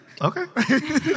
Okay